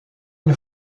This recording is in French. une